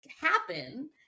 happen